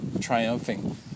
triumphing